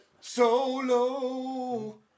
solo